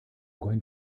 going